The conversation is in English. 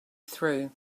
through